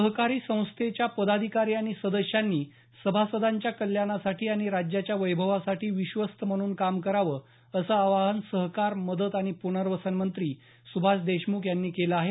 सहकारी संस्थेच्या पदाधिकारी आणि सदस्यांनी सभासदांच्या कल्याणासाठी आणि राज्याच्या वैभवासाठी विश्वस्त म्हणून काम करावं असं आवाहन सहकार मदत आणि प्नर्वसन मंत्री सुभाष देशमुख यांनी केलं आहे